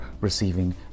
receiving